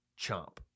chomp